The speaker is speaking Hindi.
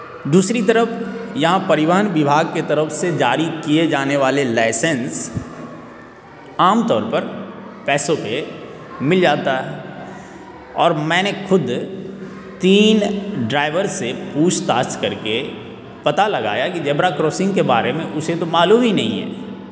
दूसरी तरफ यहाँ परिवहन विभाग के तरफ से जारी किए जाने वाले लाइसेंस आम तौर पर पैसों पे मिल जाता है और मैंने ख़ुद तीन ड्राइवर से पूछताछ करके पता लगाया कि ज़ेबरा क्रॉसिंग के बारे में उसे तो मालूम ही नहीं है